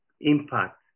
impact